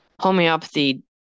Homeopathy